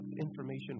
information